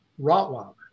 Rottweiler